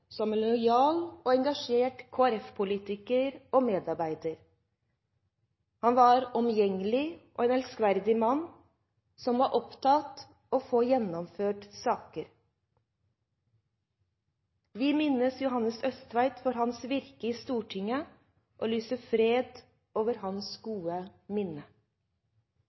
som en lojal og engasjert Kristelig Folkeparti-politiker og -medarbeider. Han var en omgjengelig og elskverdig mann, som var opptatt av å få gjennomført saker. Vi minnes Johannes Østtveit for hans virke i Stortinget og lyser fred over hans gode minne.